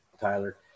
Tyler